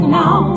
now